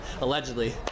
allegedly